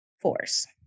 force